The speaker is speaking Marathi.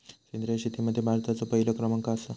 सेंद्रिय शेतीमध्ये भारताचो पहिलो क्रमांक आसा